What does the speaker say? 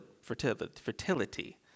fertility